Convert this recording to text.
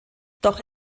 doch